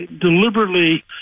deliberately